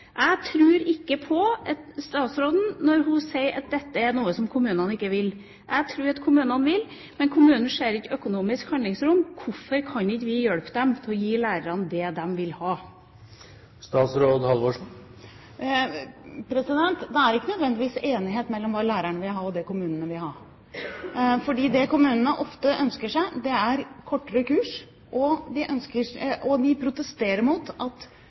Jeg tror ikke statsråden når hun sier at dette er noe som kommunene ikke vil. Jeg tror at kommunene vil, men at kommunene ikke ser noe økonomisk handlingsrom. Hvorfor kan ikke vi hjelpe dem til å gi lærerne det de vil ha? Det er ikke nødvendigvis enighet om hva lærerne vil ha, og hva kommunene vil ha. Det kommunene ofte ønsker seg, er kortere kurs, og de protesterer mot at vi ønsker